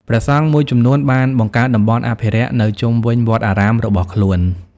ព្រះសង្ឃមួយចំនួនបានបង្កើតតំបន់អភិរក្សនៅជុំវិញវត្តអារាមរបស់ខ្លួន។